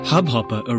Hubhopper